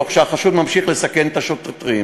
תוך שהחשוד ממשיך לסכן את השוטרים.